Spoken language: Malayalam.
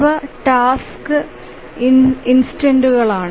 ഇവ ടാസ്ക് ഇൻസ്റ്റൻസ്ളാണ്